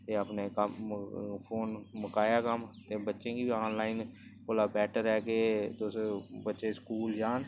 ते अपने कम्म फोन मुकाया कम्म ते बच्चें गी बी आनलाइन कोला बैटर ऐ कि तुस बच्चे स्कूल जान